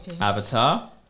Avatar